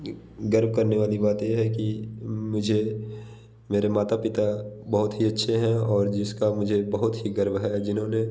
गर्व करने वाली बात यह है कि मुझे मेरे माता पिता बहुत ही अच्छे हैं और जिसका मुझे बहुत ही गर्व है जिन्होंने